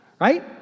right